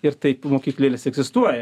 ir taip mokyklėlės egzistuoja